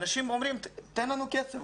אנשים אומרים, תן לנו כסף.